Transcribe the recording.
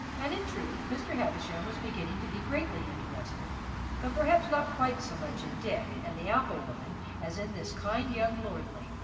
and in truth mr. havisham was beginning to be greatly interested but perhaps not quite so much in dick and the apple-woman as in this kind little lordling,